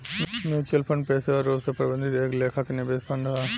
mutual fund पेशेवर रूप से प्रबंधित एक लेखा के निवेश फंड हा